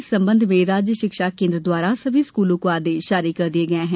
इस संबंध में राज्य शिक्षा केन्द्र द्वारा सभी स्कूलों को आदेश जारी कर दिये गये हैं